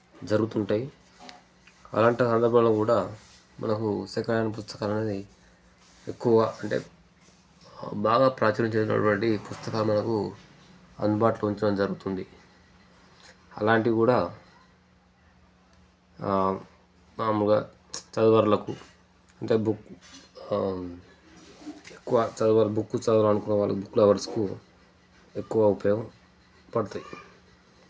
జరుగుతుంటాయి అలాంటి సందర్భంలో కూడా మనకు సెకండ్ హ్యాండ్ పుస్తకాలు అనేది ఎక్కువ అంటే బాగా ప్రాచుర్యం చెందినటువంటి పుస్తకాలు మనకు అందుబాటులో ఉంచడం జరుగుతుంది అలాంటివి కూడా మామూలుగా చదువర్లకు అంటే బుక్కు ఎక్కువ చదువర్ బుక్కు చదవాలి అనుకునే వాళ్ళకు బుక్ లవర్స్కు ఎక్కువ ఉపయోగం పడుతాయి